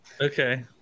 Okay